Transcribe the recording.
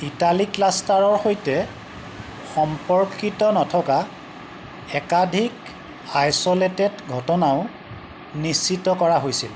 Italy ক্লাষ্টাৰৰ সৈতে সম্পৰ্কিত নথকা একাধিক আইছ'লেটেড ঘটনাও নিশ্চিত কৰা হৈছিল